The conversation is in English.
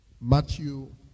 Matthew